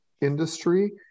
industry